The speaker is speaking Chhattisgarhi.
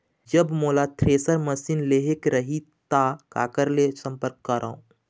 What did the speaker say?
जब मोला थ्रेसर मशीन लेहेक रही ता काकर ले संपर्क करों?